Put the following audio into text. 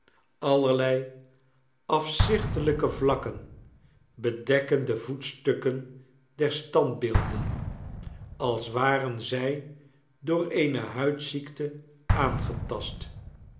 allerlei afzichtelijke vlakken bedekken de voetstukken der standbeelden als waren zij door eene huidziekte aangetast